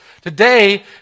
Today